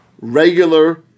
regular